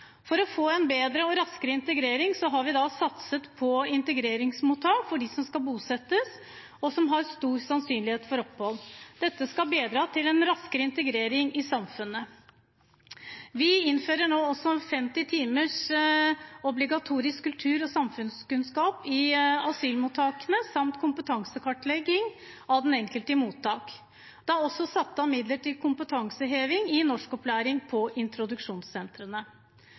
For å få en bedre og raskere integrering har vi satset på integreringsmottak for dem som skal bosettes, og som har stor sannsynlighet for opphold. Dette skal bidra til en raskere integrering i samfunnet. Vi innfører nå også 50 timer obligatorisk kultur- og samfunnskunnskap i asylmottakene samt kompetansekartlegging av den enkelte i mottak. Det er også satt av midler til kompetanseheving i norskopplæring på introduksjonssentrene.